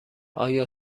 آیا